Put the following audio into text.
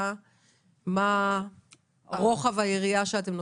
מה רוחב היריעה שאתם נותנים?